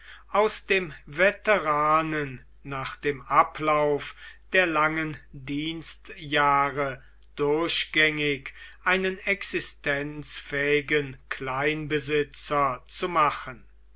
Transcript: aus dem veteranen nach dem ablauf der langen dienstjahre durchgängig einen existenzfähigen kleinbesitzer zu machen